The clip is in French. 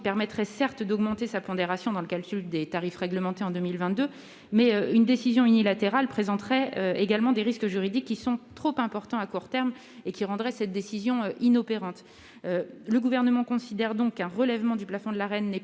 permettrait, certes, d'augmenter sa pondération dans le calcul des tarifs réglementés en 2022 ; mais une décision unilatérale présenterait également des risques juridiques trop importants à court terme et qui pourraient rendre cette décision inopérante. Le Gouvernement considère donc que cette solution n'est